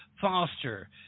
foster